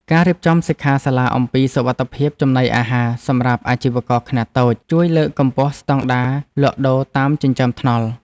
ការរៀបចំសិក្ខាសាលាអំពីសុវត្ថិភាពចំណីអាហារសម្រាប់អាជីវករខ្នាតតូច ជួយលើកកម្ពស់ស្តង់ដារលក់ដូរតាមចិញ្ចើមថ្នល់។